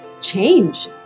change